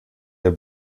der